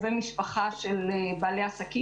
קצבאות הנכים,